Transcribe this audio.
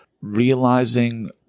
realizing